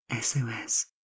SOS